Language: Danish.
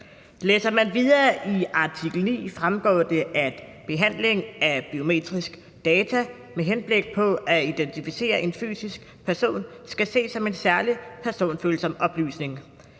Læser man videre i artikel 9, fremgår det, at behandling af biometrisk data med henblik på at identificere en fysisk person skal ses som en særlig personfølsom oplysning.